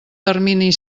termini